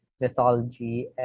mythology